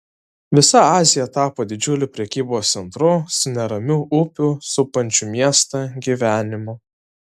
visa azija tapo didžiuliu prekybos centru su neramiu upių supančių miestą gyvenimu